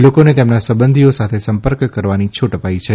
લોકોને તેમના સંબંધીઓ સાથે સંપર્ક કરવાની છુટ અપાઇ છે